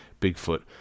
Bigfoot